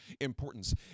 importance